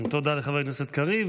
תודה לחבר הכנסת קריב.